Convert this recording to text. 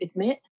admit